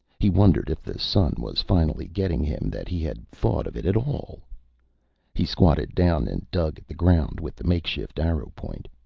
he wondered if the sun was finally getting him that he had thought of it at all. he squatted down and dug at the ground with the makeshift arrow point.